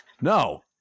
no